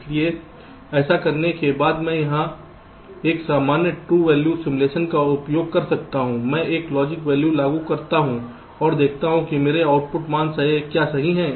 इसलिए ऐसा करने के बाद मैं एक सामान्य ट्रू वैल्यू सिमुलेशन का उपयोग कर सकता हूं मैं एक लॉजिक वैल्यू लागू करता हूं और देखता हूं कि मेरे आउटपुट मान क्या सही हैं